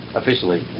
officially